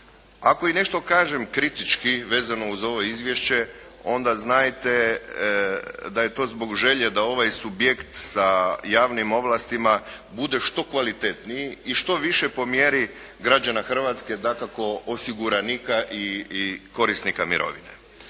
Ako i nešto kažem kritički vezano uz ovo izvješće onda znajte da je to zbog želje da ovaj subjekt sa javnim ovlastima bude što kvalitetniji i što više po mjeri građana Hrvatske dakako osiguranika i korisnika mirovine.